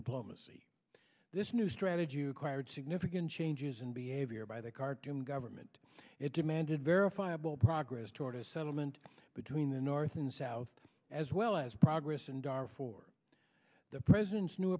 diplomacy this new strategy required significant changes in behavior by the khartoum government it demanded verifiable progress toward a settlement between the north and south as well as progress and are for the president's new